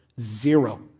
Zero